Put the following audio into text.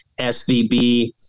SVB